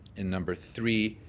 in number three,